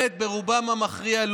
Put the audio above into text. ברובם המכריע,